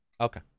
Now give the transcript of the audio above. Okay